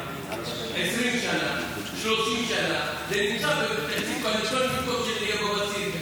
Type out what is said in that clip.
20 30 שנה זה נמצא בתקציב קואליציוני במקום שיהיה בבסיס.